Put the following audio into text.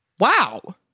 Wow